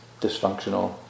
dysfunctional